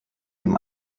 dem